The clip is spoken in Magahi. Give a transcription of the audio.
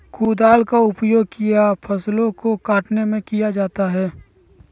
कुदाल का उपयोग किया फसल को कटने में किया जाता हैं?